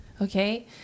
okay